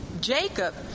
Jacob